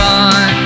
on